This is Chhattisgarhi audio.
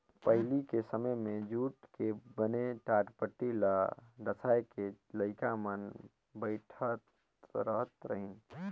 पहिली के समें मे जूट के बने टाटपटटी ल डसाए के लइका मन बइठारत रहिन